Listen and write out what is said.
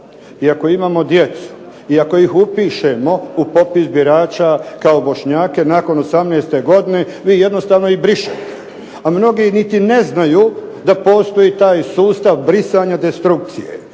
ako imamo djecu, i ako ih upišemo u popis birača kao Bošnjake nakon 18. godine mi jednostavno ih brišemo. A mnogi i niti ne znaju da postoji taj sustav brisanja destrukcije.